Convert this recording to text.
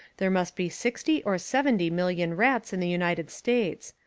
there must be sixty or seventy million rats in the united states.